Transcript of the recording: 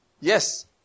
Yes